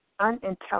unintelligent